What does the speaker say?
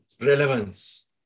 relevance